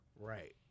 Right